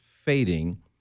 fading